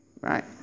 right